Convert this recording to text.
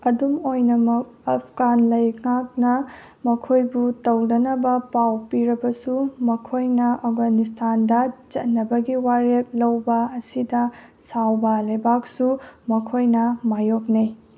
ꯑꯗꯨꯝ ꯑꯣꯏꯅꯃꯛ ꯑꯐꯒꯥꯟ ꯂꯩꯉꯥꯛꯅ ꯃꯈꯣꯏꯕꯨ ꯇꯧꯅꯅꯕ ꯄꯥꯎ ꯄꯤꯔꯕꯁꯨ ꯃꯈꯣꯏꯅ ꯑꯐꯒꯥꯅꯤꯁꯇꯥꯟꯗ ꯆꯠꯅꯕꯒꯤ ꯋꯥꯔꯦꯞ ꯂꯧꯕ ꯑꯁꯤꯗ ꯁꯥꯎꯕ ꯂꯩꯕꯥꯛꯁꯨ ꯃꯈꯣꯏꯅ ꯃꯥꯏꯌꯣꯛꯅꯩ